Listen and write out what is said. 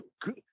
good –